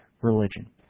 religion